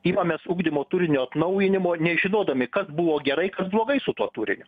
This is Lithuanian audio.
imamės ugdymo turinio atnaujinimo nežinodami kas buvo gerai kas blogai su tuo turiniu